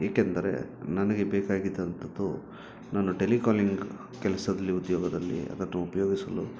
ಏಕೆಂದರೆ ನನಗೆ ಬೇಕಾಗಿದ್ದಂಥದ್ದು ನಾನು ಟೆಲಿಕಾಲಿಂಗ್ ಕೆಲ್ಸದಲ್ಲಿ ಉದ್ಯೋಗದಲ್ಲಿ ಅದನ್ನು ಉಪಯೋಗಿಸಲು